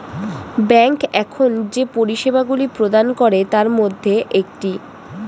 bank এখন যে পরিষেবাগুলি প্রদান করে তার মধ্যে একটি